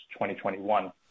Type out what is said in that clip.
2021